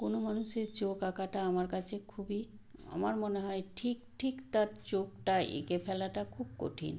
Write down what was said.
কোনো মানুষের চোখ আঁকাটা আমার কাছে খুবই আমার মনে হয় ঠিক ঠিক তার চোখটা এঁকে ফেলাটা খুব কঠিন